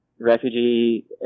refugee